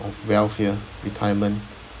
of welfare retirement